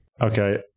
Okay